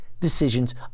decisions